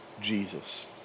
Jesus